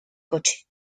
coche